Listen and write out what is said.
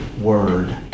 Word